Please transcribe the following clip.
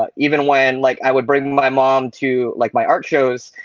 but even when like i would bring my mom to like my art shows,